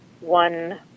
one